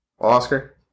Oscar